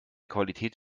qualität